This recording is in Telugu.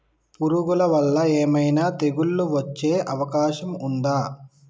పురుగుల వల్ల ఏమైనా తెగులు వచ్చే అవకాశం ఉందా?